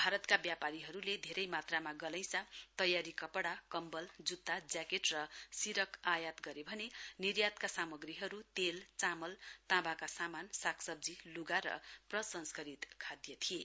भारतका व्यापारीहरूले धेरै मात्रामा गलैचा तयारी कपडा कम्बल जुत्ता ज्याकेट र सिरक आयात गरे भने निर्यातका सामग्रीहरू तेल चामल ताँवाका सामान सागसब्जी लुगा र प्रसंस्करित खाद्य थिए